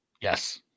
Yes